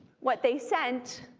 what they sent